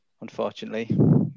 unfortunately